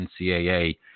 NCAA